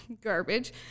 garbage